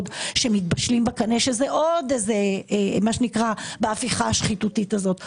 שמתבשלים בקנה שזה עוד בהפיכה השחיתותית הזאת,